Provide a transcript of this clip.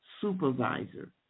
supervisor